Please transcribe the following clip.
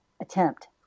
attempt